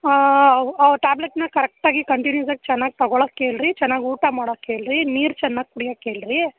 ಹಾಂ ಆ ಟಾಬ್ಲೆಟ್ಸನ್ನ ಕರೆಕ್ಟಾಗಿ ಕಂಟಿನ್ಯೂಸಾಗಿ ಚೆನ್ನಾಗಿ ತಗೋಳಕ್ಕೆ ಹೇಳ್ರಿ ಚೆನ್ನಾಗಿ ಊಟ ಮಾಡೋಕ್ಕೆ ಹೇಳ್ರಿ ನೀರು ಚೆನ್ನಾಗಿ ಕುಡಿಯಕ್ಕೆ ಹೇಳ್ರಿ